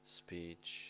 speech